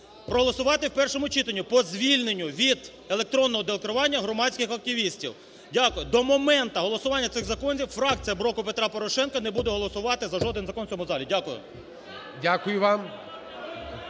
проголосувати в першому читанні по звільненню від електронного декларування громадських активістів. Дякую. До моменту голосування цих законів фракція "Блоку Петра Порошенка" не буде голосувати за жоден закон в цьому залі. Дякую.